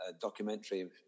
documentary